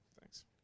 thanks